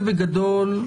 בגדול,